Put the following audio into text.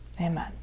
amen